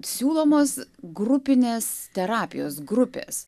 siūlomos grupinės terapijos grupės